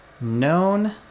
known